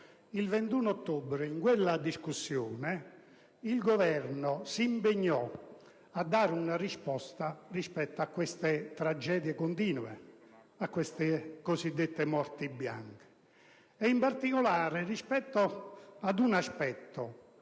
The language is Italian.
sul lavoro. In quella discussione il Governo si impegnò a dare una risposta a queste tragedie continue, a queste cosiddette morti bianche. In particolare, in merito ad un aspetto,